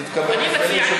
נמצא?